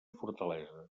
fortalesa